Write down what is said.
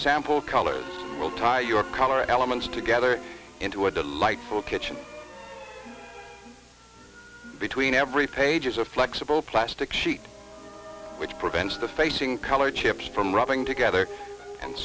sample colors will tie your color elements together into a delightful kitchen between every page is a flexible plastic sheet which prevents the facing color chips from rubbing together and